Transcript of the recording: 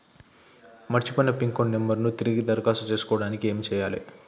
మర్చిపోయిన pin number ను తిరిగి దరఖాస్తు చేసుకోవడానికి ఏమి చేయాలే?